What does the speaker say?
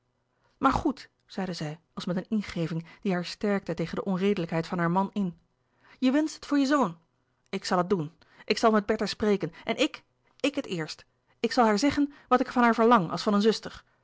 maar goed zeide zij als met een ingeving die haar sterkte tegen de onredelijkheid van haar man in je wenscht het voor je zoon ik zal het doen ik zal met bertha spreken en i k ik het eerst ik zal haar zeggen wat ik van haar verlang als van een zuster